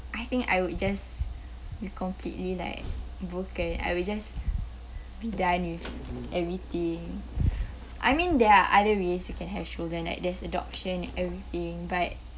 I think I would just be completely like broken I would just be done with everything I mean there are other ways you can have children like there's adoption everything but